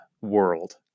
world